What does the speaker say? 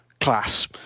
class